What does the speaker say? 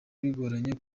bigoranye